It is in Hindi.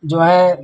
जो है